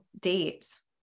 dates